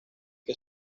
que